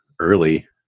early